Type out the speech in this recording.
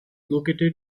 located